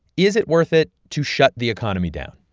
is it worth it to shut the economy down?